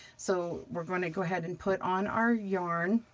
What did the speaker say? so we're going to go ahead and put on our yarn,